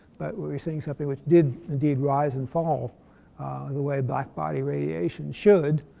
but we were seeing something which did indeed rise and fall the way black-body radiation should.